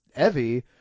evie